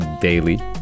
daily